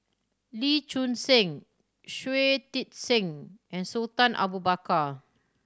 Lee Choon Seng Shui Tit Sing and Sultan Abu Bakar